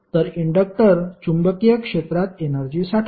पण इंडक्टर चुंबकीय क्षेत्रात एनर्जी साठवते